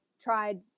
tried